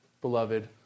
beloved